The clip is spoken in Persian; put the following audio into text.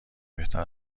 بهتر